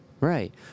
Right